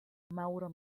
mauro